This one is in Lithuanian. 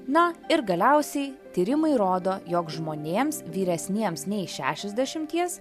na ir galiausiai tyrimai rodo jog žmonėms vyresniems nei šešiasdešimties